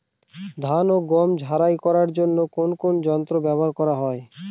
ধান ও গম ঝারাই করার জন্য কোন কোন যন্ত্র ব্যাবহার করা হয়?